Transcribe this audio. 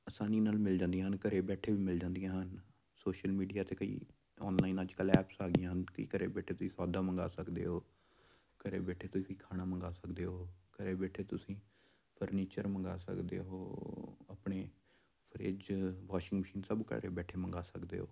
ਆਸਾਨੀ ਨਾਲ ਮਿਲ ਜਾਂਦੀਆਂ ਹਨ ਘਰ ਬੈਠੇ ਵੀ ਮਿਲ ਜਾਂਦੀਆਂ ਹਨ ਸੋਸ਼ਲ ਮੀਡੀਆ 'ਤੇ ਕਈ ਆਨਲਾਈਨ ਅੱਜ ਕੱਲ੍ਹ ਐਪਸ ਆ ਗਈਆਂ ਕਿ ਘਰ ਬੈਠੇ ਤੁਸੀਂ ਸੌਦਾ ਮੰਗਵਾ ਸਕਦੇ ਹੋ ਘਰ ਬੈਠੇ ਤੁਸੀਂ ਖਾਣਾ ਮੰਗਵਾ ਸਕਦੇ ਹੋ ਘਰ ਬੈਠੇ ਤੁਸੀਂ ਫਰਨੀਚਰ ਮੰਗਵਾ ਸਕਦੇ ਹੋ ਆਪਣੇ ਫਰਿਜ ਵਾਸ਼ਿੰਗ ਮਸ਼ੀਨ ਸਭ ਘਰ ਬੈਠੇ ਮੰਗਵਾ ਸਕਦੇ ਹੋ